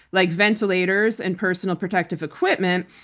like ventilators and personal protective equipment,